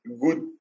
good